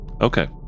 Okay